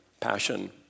passion